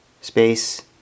space